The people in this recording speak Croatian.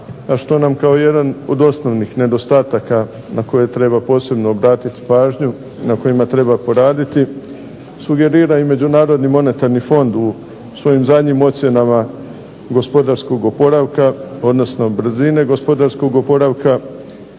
a što nam kao jedan od osnovnih nedostataka na koje treba posebno obratiti pažnju, na kojima treba poraditi sugerira i Međunarodni monetarni fond u svojim zadnjim ocjenama gospodarskog oporavka, odnosno brzine gospodarskog oporavka